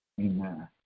Amen